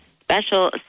special